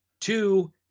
two